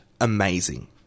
amazing